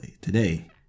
today